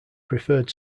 preferred